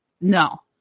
No